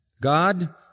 God